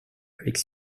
avec